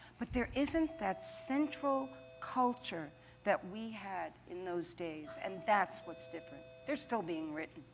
but there isn't that central culture that we had in those days, and that's what's different. they're still being written,